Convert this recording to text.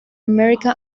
america